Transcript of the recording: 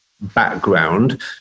background